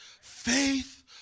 Faith